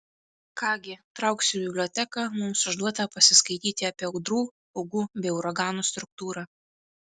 ką gi trauksiu į biblioteką mums užduota pasiskaityti apie audrų pūgų bei uraganų struktūrą